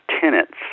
tenants